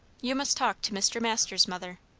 you must talk to mr. masters, mother.